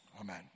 Amen